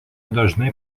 dažnai